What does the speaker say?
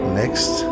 next